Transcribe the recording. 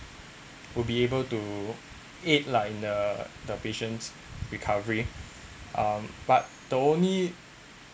would be able to aid like the the patient's recovery um but the only